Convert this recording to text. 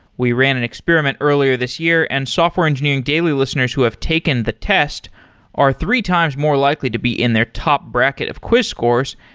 we ran an experiment earlier this year and software engineering daily listeners who have taken the test are three times more likely to be in their top bracket of quiz scores.